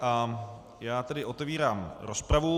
A já tedy otevírám rozpravu.